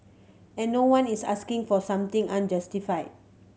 and no one is asking for something unjustified